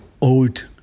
old